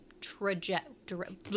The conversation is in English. trajectory